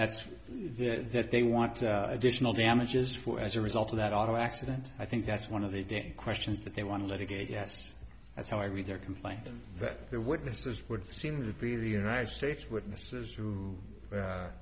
that that they want to additional damages for as a result of that auto accident i think that's one of the questions that they want to let again yes that's how i read their complaint that their witnesses would seem to be the united states witnesses who tre